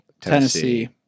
tennessee